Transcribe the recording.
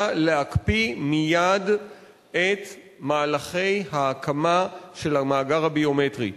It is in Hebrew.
להקפיא מייד את מהלכי ההקמה של המאגר הביומטרי.